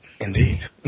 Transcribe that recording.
Indeed